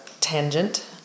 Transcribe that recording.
tangent